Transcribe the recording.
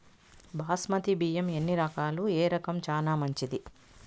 బాస్మతి బియ్యం ఎన్ని రకాలు, ఏ రకం చానా మంచిది?